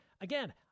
Again